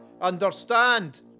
Understand